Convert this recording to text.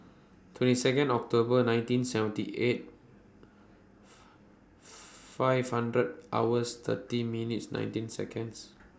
twenty Second October nineteen seventy eight five hundred hours thirty minutes nineteen Seconds